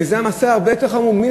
וזה מעשה הרבה יותר חמור.